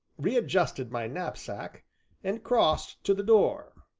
readjusted my knapsack and crossed to the door.